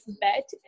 bet